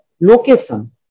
location